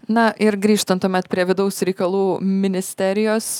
na ir grįžtant tuomet prie vidaus reikalų ministerijos